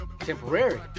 temporary